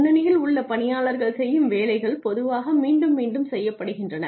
முன்னணியில் உள்ள பணியாளர்கள் செய்யும் வேலைகள் பொதுவாக மீண்டும் மீண்டும் செய்யப்படுகின்றன